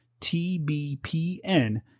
TBPN